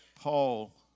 Paul